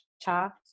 Cha